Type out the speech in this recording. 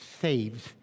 saves